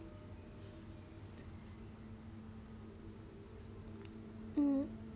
mm